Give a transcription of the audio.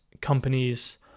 companies